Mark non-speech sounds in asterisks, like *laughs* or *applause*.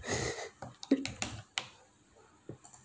*laughs*